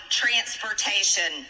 transportation